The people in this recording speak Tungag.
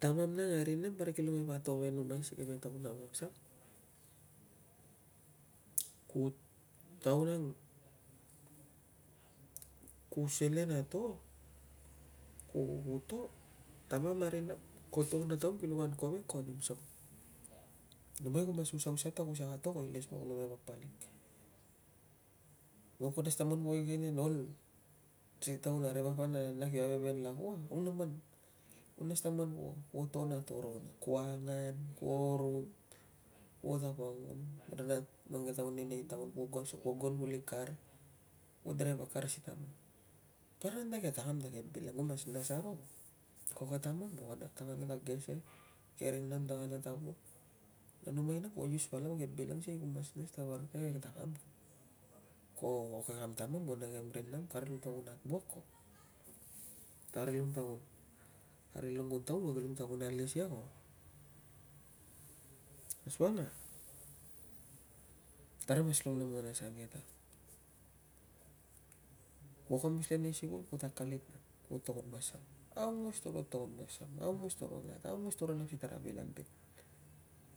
Tamam nang a ri nam parik kilong me pa to ve numai si ke taun aungos ang. Ku- taun ang ke selen a to ku to tamam a rinam. Ko togon a taun kilong an kovek ko nim so numai ku mas usausa ta ku saka to numai papalik. Man kuo nas ta kuo igenen ol si taun ri papa ve nana kipa aiveven lak ua. au na man kuo nas ta man kuo togon a to ro kuo angan, kuo rut, kuo tapangun kanat mang ke taun ane nei taun, kuo gon kuli kar, kulo draiv a kar si taun ang kana nang ke takam ta ta ke bil nang, ku mas nas aro. Ko takam nang ta gese, ke ri nam ta kana ta wuak na numai nang kuo use palau a ke bil ang. sikei ku mas nas ta parik ta ke takam ko ka- kam tamam na kem ring nang. Kaka rilong ta kun at wuak ko. Kaka rilong ta kun taun ko kilong ta kun alis ia ko asukang a tarung mas lomlomonai asange ke ta kuo kamus le nei sikul kuta akalit kuo togon masam, aungos toro togon masam, aungos toro nat, aungos toro nap si tara vil a bil.